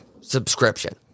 subscription